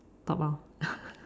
top lor